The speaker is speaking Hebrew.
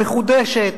המחודשת,